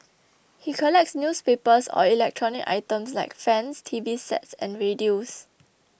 he collects newspapers or electronic items like fans T V sets and radios